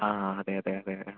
ആ അതെ അതെ അതെ ആ